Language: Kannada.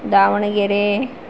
ದಾವಣಗೆರೆ